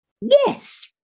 Yes